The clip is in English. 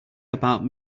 about